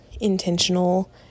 intentional